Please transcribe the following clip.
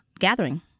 gathering